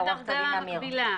לגבי דרגה מקבילה,